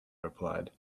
replied